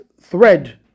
thread